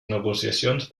negociacions